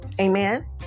Amen